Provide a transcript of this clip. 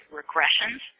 regressions